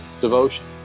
devotion